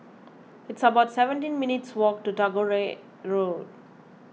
it's about seventeen minutes' walk to Tagore Road